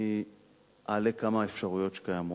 ואני אעלה כמה אפשרויות שקיימות.